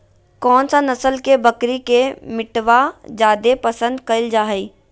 कौन सा नस्ल के बकरी के मीटबा जादे पसंद कइल जा हइ?